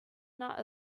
not